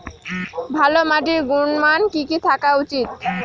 ভালো মাটির গুণমান কি কি থাকা উচিৎ?